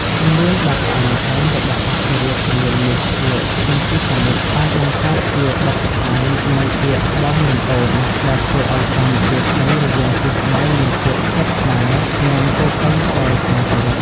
សំនៀងដ៏ផ្អែមល្ហែមរបស់អធិរាជសម្លេងមាស លោក ស៊ីន ស៊ីសាមុត បានបង្កើតជាបទដ្ឋាននៃពាក្យ "បង" និង "អូន" ដែលធ្វើឱ្យការនិយាយស្តីរវាងគូស្នេហ៍មានភាពស្និទ្ធស្នាល និងពោរពេញដោយការគោរព។